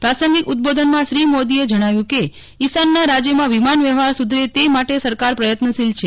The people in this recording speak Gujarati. પ્રાસંગિક ઉદ્દબોધનમાં શ્રી મોદીએ જણાવ્યું કે ઇશાનનાં રાજ્યોમાં વિમાન વ્યવહાર સુધરે તે માટે સરકાર પ્રયત્નશીલ છે